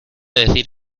decir